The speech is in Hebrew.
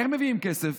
איך מביאים כסף?